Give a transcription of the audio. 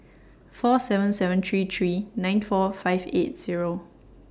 four seven seven three three nine four five eight Zero